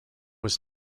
was